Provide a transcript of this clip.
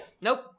Nope